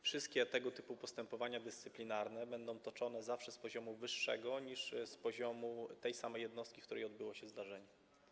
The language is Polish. wszystkie tego typu postępowania dyscyplinarne będą toczone zawsze z poziomu wyższego niż poziom jednostki, w której odbyło się zdarzenie.